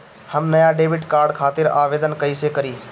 हम नया debit card खातिर आवेदन कईसे करी?